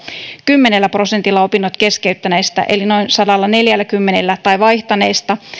kymmenellä prosentilla opinnot keskeyttäneistä eli noin sadallaneljälläkymmenellä ja vaihtaneista